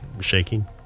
shaking